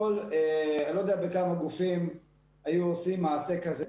אני לא יודע בכמה גופים היו עושים מעשה כזה,